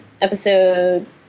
episode